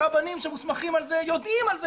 שהרבנים שמוסמכים על זה יודעים על זה